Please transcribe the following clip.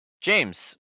James